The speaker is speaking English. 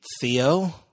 Theo